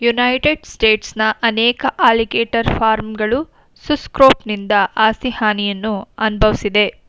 United ಸ್ಟೇಟ್ಸ್ನ ಅನೇಕ alligator ಫಾರ್ಮ್ಗಳು ಸುಸ್ ಸ್ಕ್ರೋಫನಿಂದ ಆಸ್ತಿ ಹಾನಿಯನ್ನು ಅನ್ಭವ್ಸಿದೆ